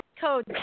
code